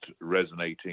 resonating